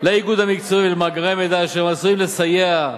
לאיגוד מקצועי ולמאגרי מידע אשר עשויים לסייע,